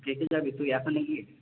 কে কে যাবি তুই একা নাকি